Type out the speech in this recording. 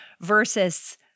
versus